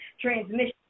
Transmission